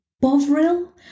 bovril